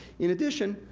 in addition,